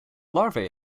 larvae